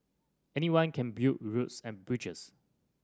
anyone can build roods and bridges